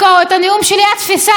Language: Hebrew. הנאום שלי היה תפיסת עולם.